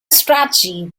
strategy